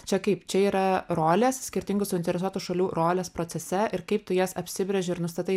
čia kaip čia yra rolės skirtingų suinteresuotų šalių rolės procese ir kaip tu jas apsibrėži ir nustatai